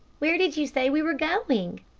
where did you say we were going?